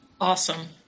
Awesome